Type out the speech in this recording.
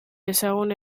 ezagun